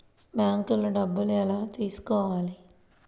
బ్యాంక్లో డబ్బులు ఎలా తీసుకోవాలి?